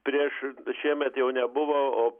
prieš šiemet jau nebuvo o